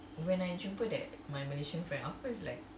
when I interim put that my malaysian friend offer is like